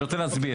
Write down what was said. אני רוצה להסביר.